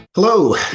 Hello